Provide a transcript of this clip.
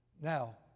Now